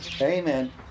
Amen